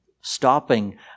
stopping